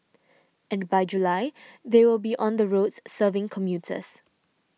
and by July they will be on the roads serving commuters